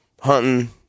hunting